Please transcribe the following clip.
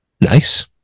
Nice